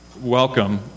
welcome